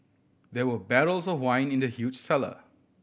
there were barrels of wine in the huge cellar